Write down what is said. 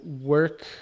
work